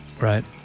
right